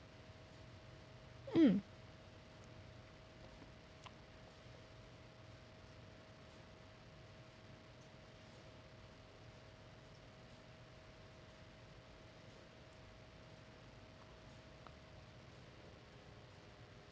mm